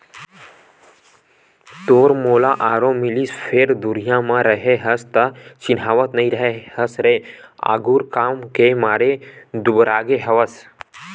तोर मोला आरो मिलिस फेर दुरिहा म रेहे हस त चिन्हावत नइ रेहे हस रे आरुग काम के मारे दुबरागे हवस